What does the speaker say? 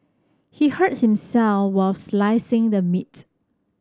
he hurt himself while slicing the meat